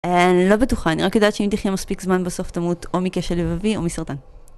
אני לא בטוחה, אני רק יודעת שאם תחיה מספיק זמן בסוף תמות או מכשל לבבי או מסרטן.